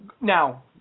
now